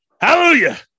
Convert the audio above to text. Hallelujah